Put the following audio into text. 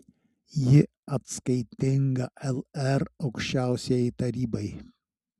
ji atskaitinga lr aukščiausiajai tarybai